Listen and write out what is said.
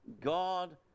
God